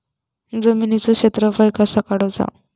जमिनीचो क्षेत्रफळ कसा काढुचा?